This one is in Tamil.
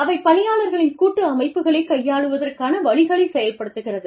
அவை பணியாளர்களின் கூட்டு அமைப்புகளை கையாளுவதற்கான வழிகளை செயல்படுத்துகிறது